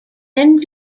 end